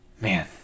man